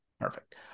Perfect